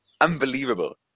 unbelievable